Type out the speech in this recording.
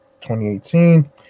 2018